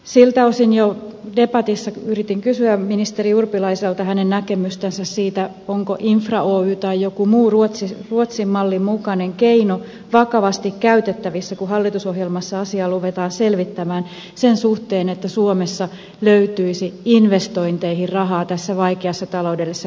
siltä osin jo debatissa yritin kysyä ministeri urpilaiselta hänen näkemystänsä siitä onko infra oy tai joku muu ruotsin mallin mukainen keino vakavasti käytettävissä kun hallitusohjelmassa asiaa ruvetaan selvittämään sen suhteen että suomessa löytyisi investointeihin rahaa tässä vaikeassa taloudellisessa tilanteessa